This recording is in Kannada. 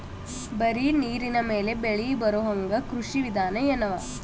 ಬರೀ ನೀರಿನ ಮೇಲೆ ಬೆಳಿ ಬರೊಹಂಗ ಕೃಷಿ ವಿಧಾನ ಎನವ?